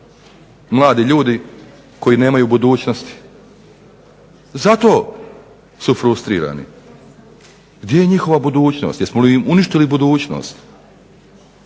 mladi ljudi koji nemaju budućnosti. Zato su frustrirani. Gdje je njihova budućnost? Jesmo li im uništili budućnost?